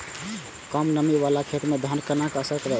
कम नमी वाला खेत में धान केना असर करते?